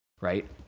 right